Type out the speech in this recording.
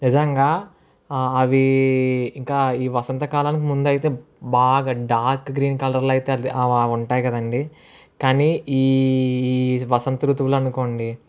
నిజంగా అవి ఇంకా ఈ వసంత కాలానికి ముందు అయితే అంత బాగా డార్క్ గ్రీన్ కలర్ లో అయితే అది అవి ఉంటాయి కదండి కానీ ఈ ఈ వసంత ఋతువులో అనుకోండి